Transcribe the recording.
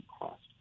cost